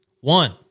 One